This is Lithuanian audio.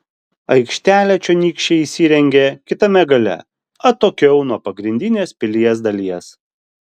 aikštelę čionykščiai įsirengė kitame gale atokiau nuo pagrindinės pilies dalies